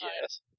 Yes